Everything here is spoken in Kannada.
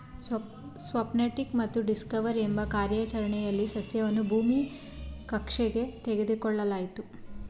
ಸ್ಪುಟ್ನಿಕ್ ಮತ್ತು ಡಿಸ್ಕವರ್ ಎಂಬ ಕಾರ್ಯಾಚರಣೆಲಿ ಸಸ್ಯವನ್ನು ಭೂಮಿ ಕಕ್ಷೆಗೆ ತೆಗೆದುಕೊಳ್ಳಲಾಯ್ತು